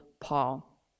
Paul